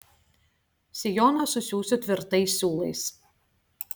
sijoną susiųsiu tvirtais siūlais